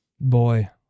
Boy